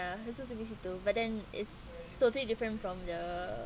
it's O_C_B_C too but then it's totally different from the